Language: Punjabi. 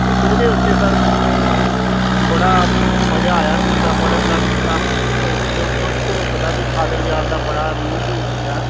ਅਤੇ ਉਹਦੇ ਉੱਤੇ ਸਰ ਮੈਨੂੰ ਬੜਾ ਮਜ਼ਾ ਆਇਆ ਕਿੱਸਾ ਪੜ੍ਹਨ ਦਾ ਕਿੱਸਾ ਕਿਉਂਕਿ ਤੁਹਾਨੂੰ ਪਤਾ ਵੀ ਕਾਦਰਯਾਰ ਦਾ ਬੜਾ ਮਸ਼ਹੂਰ ਕਿੱਸਾ